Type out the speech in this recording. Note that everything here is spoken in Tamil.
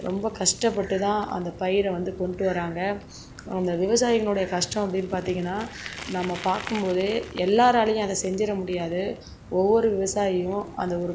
ரொம்ப கஷ்டப்பட்டு தான் அந்த பயிரை வந்து கொண்டு வராங்க அந்த விவசாயினுடைய கஷ்டம் அப்படின்னு பார்த்தீங்கன்னா நம்ம பார்க்கும்போதே எல்லாராலேயும் அதை செஞ்சிட முடியாது ஒவ்வொரு விவசாயியும் அந்த ஒரு